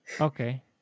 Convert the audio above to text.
okay